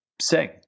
sing